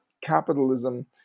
capitalism